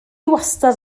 wastad